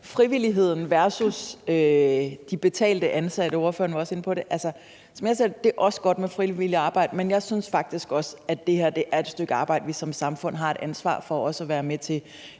Altså, som jeg ser det, er det også godt med frivilligt arbejde, men jeg synes faktisk også, at det her er et stykke arbejde, vi som samfund har et ansvar for også at være med til